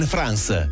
France